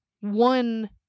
one